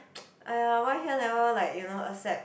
!aiya! why here never like you know accept